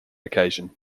occasion